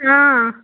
آں